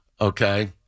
Okay